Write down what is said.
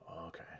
Okay